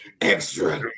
extra